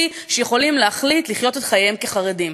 שיכולים להחליט לחיות את חייהם כחרדים.